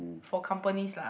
for companies lah